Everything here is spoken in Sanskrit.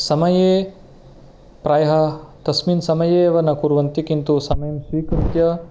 समये प्रायः तस्मिन् समये एव न कुर्वन्ति किन्तु समयं स्वीकृत्य